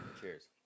Cheers